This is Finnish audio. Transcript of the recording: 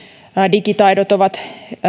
digitaidot ovat